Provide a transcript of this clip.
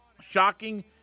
Shocking